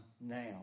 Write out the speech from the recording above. now